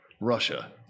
Russia